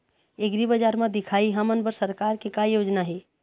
एग्रीबजार म दिखाही हमन बर सरकार के का योजना हे?